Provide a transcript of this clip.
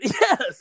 Yes